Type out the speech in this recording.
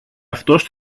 αυτός